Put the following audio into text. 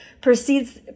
perceives